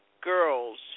girls